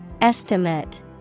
Estimate